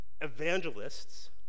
evangelists